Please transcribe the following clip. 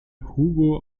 hugo